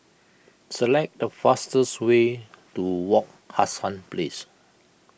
select the fastest way to Wak Hassan Place